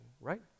right